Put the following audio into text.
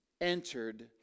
entered